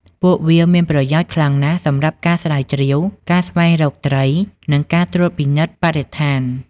ពួកវាមានប្រយោជន៍ខ្លាំងណាស់សម្រាប់ការស្រាវជ្រាវ ការស្វែងរកត្រី និងការត្រួតពិនិត្យបរិស្ថាន។